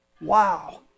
Wow